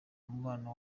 umubano